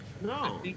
No